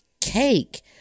cake